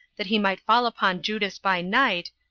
that he might fall upon judas by night,